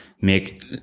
make